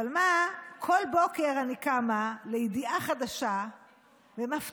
אבל מה, כל בוקר אני קמה לידיעה חדשה ומפתיעה